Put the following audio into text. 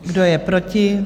Kdo je proti?